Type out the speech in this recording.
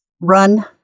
run